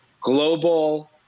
global